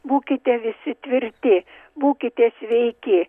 būkite visi tvirti būkite sveiki